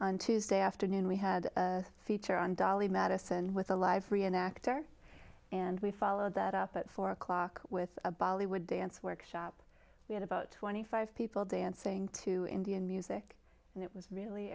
on tuesday afternoon we had a feature on dolly madison with a live free an actor and we followed that up at four o'clock with a bollywood dance workshop we had about twenty five people dancing to indian music and it was really